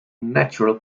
natural